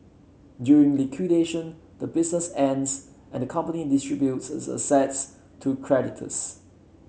during liquidation the business ends and the company distributes its assets to creditors